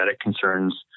concerns